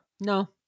No